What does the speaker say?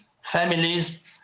families